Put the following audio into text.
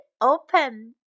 open